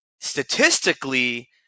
statistically